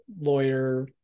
lawyer